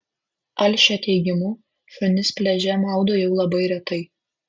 alšio teigimu šunis pliaže maudo jau labai retai